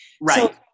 Right